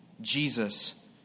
Jesus